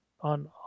on